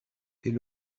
est